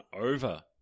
over